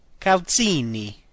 calzini